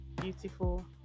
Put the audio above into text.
beautiful